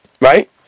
right